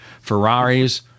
ferraris